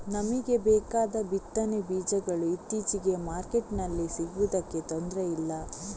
ನಮಿಗೆ ಬೇಕಾದ ಬಿತ್ತನೆ ಬೀಜಗಳು ಇತ್ತೀಚೆಗೆ ಮಾರ್ಕೆಟಿನಲ್ಲಿ ಸಿಗುದಕ್ಕೆ ತೊಂದ್ರೆ ಇಲ್ಲ